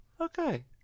Okay